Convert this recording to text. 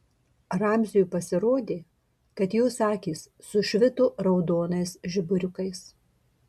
ramziui pasirodė kad jos akys sušvito raudonais žiburiukais